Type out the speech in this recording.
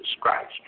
Christ